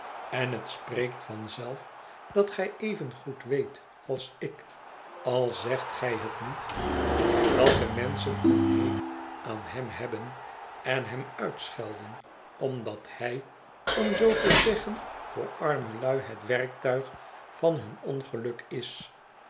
en het spreekt van zelf dat gij even goed weet als ik al zegt gij het niet dat de menschen een hekel aan hem hebben en hem uitschelden omdat hij om zoo te zeggen voor arme lui het werktuig van hun ongeluk is